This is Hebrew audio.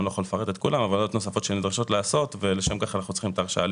לא יכול לפרט את כולן - ולשם כך אנחנו צריכים את ההרשאה להתחייב.